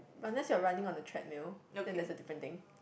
unless you're running on a treadmill then that's a different thing